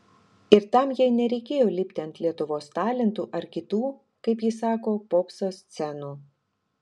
ir tam jai nereikėjo lipti ant lietuvos talentų ar kitų kaip ji sako popso scenų